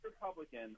Republican